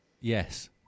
Yes